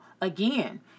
again